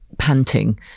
panting